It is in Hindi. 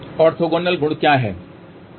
ऑर्थोगोनल गुण क्या है